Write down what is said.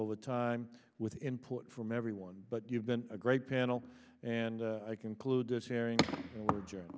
over time with input from everyone but you've been a great panel and i concluded sharing the journ